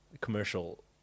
Commercial